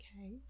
Okay